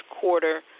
quarter